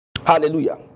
Hallelujah